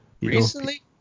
Recently